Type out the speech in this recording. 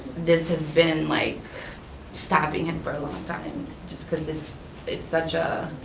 this has been like stopping him for a long time just because it's it's such a,